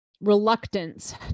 reluctance